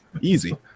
Easy